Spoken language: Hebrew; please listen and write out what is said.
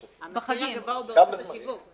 2015. המחיר הגבוה הוא ברשתות השיווק.